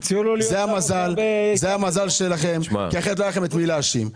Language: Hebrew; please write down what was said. זה המזל שלכם, אחרת לא היה לכם את מי להאשים.